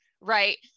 right